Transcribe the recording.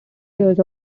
years